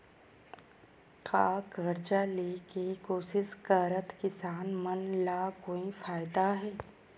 का कर्जा ले के कोशिश करात किसान मन ला कोई फायदा हे?